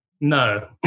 No